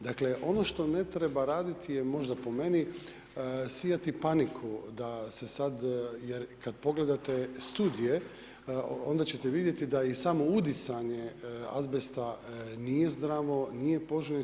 Dakle, ono što ne treba raditi je možda po meni sijati paniku da se sada jer kada pogledate studije onda ćete vidjeti da i samo udisanje azbesta nije zdravo, nije poželjno.